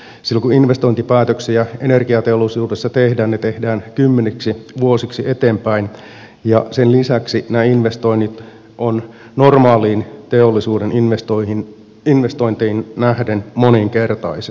silloin kun investointipäätöksiä energiateollisuudessa tehdään ne tehdään kymmeniksi vuosiksi eteenpäin ja sen lisäksi nämä investoinnit ovat normaaleihin teollisuuden investointeihin nähden moninkertaiset